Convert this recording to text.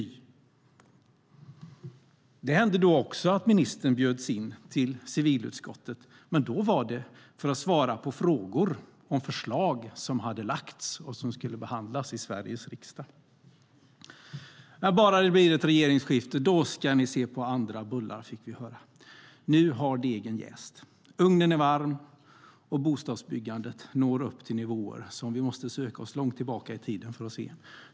"Även då hände det att ministern bjöds in till civilutskottet, men då var det för att svara på frågor om förslag som hade lagts fram och som skulle behandlas i Sveriges riksdag. Vi fick höra att bara det blev ett regeringsskifte, då skulle vi få se på andra bullar. Nu har degen jäst, ugnen är varm och bostadsbyggandet når upp till nivåer som vi måste söka oss långt tillbaka i tiden för att se.